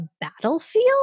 battlefield